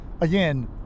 again